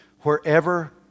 wherever